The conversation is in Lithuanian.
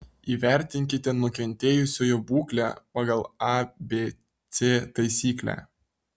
įvertinkite nukentėjusiojo būklę pagal abc taisyklę